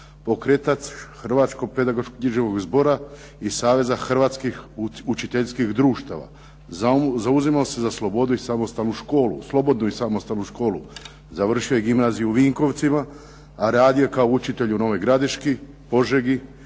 pokretač Hrvatskog pedagoško književnog zbora i Saveza hrvatskih učiteljskih društava. Zauzimao se za slobodnu i samostalnu školu. Završio je gimnaziju u Vinkovcima, a radio je kao učitelj u Novoj Gradiški, Požegi,